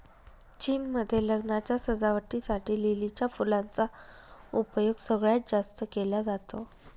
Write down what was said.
चीन मध्ये लग्नाच्या सजावटी साठी लिलीच्या फुलांचा उपयोग सगळ्यात जास्त केला जातो